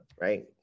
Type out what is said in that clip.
right